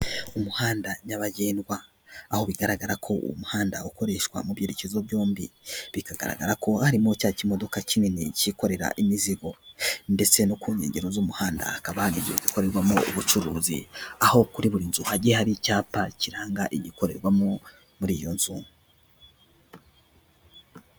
Umuhanda nyabagendwa. Aho bigaragara ko uwo muhanda ukoreshwa mu byerekezo byombi. Bikagaragara ko harimo cya kimodoka kinini cyikorera imizigo ndetse no ku nkengero z'umuhanda hakaba hari inzu zikorerwamo ubucuruzi. Aho kuri buri nzu, hagiye hari icyapa kiranga igikorerwamo muri iyo nzu.